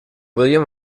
william